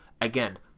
Again